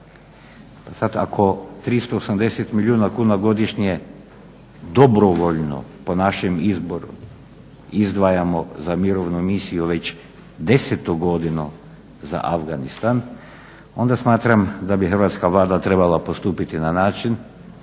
Pa sad ako 380 milijuna kuna godišnje dobrovoljno po našem izboru izdvajamo za mirovnu misiju već desetu godinu za Afganistan onda smatram da bi Hrvatska vlada trebala postupiti na način